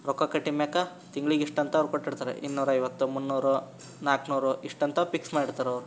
ರೊಕ್ಕ ಕಟ್ಟಿದ ಮೇಲೆ ತಿಂಗ್ಳಿಗೆ ಇಷ್ಟಂತ ಅವ್ರು ಕೊಟ್ಟಿರ್ತಾರೆ ಇನ್ನೂರೈವತ್ತು ಮುನ್ನೂರು ನಾಲ್ಕುನೂರು ಇಷ್ಟಂತ ಪಿಕ್ಸ್ ಮಾಡಿರ್ತಾರೆ ಅವ್ರು